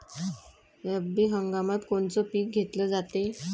रब्बी हंगामात कोनचं पिक घेतलं जाते?